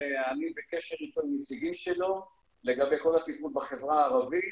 אני בקשר עם הנציגים שלו לגבי כל הטיפול בחברה הערבית,